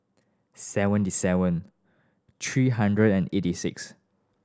seventy seven three hundred and eighty six